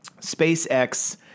SpaceX